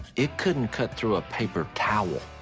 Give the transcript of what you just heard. it couldn't cut through a paper towel.